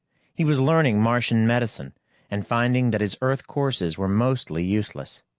he was learning martian medicine and finding that his earth courses were mostly useless.